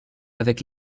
avec